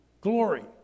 glory